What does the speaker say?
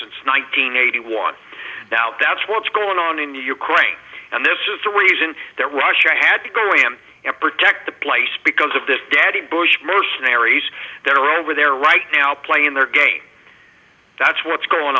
thousand eighty one doubt that's what's going on in the ukraine and this is the reason that russia had to go in and protect the place because of this daddy bush mercenaries that are over there right now playing their game that's what's going